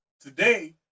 today